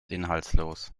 inhaltslos